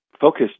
focus